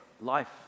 life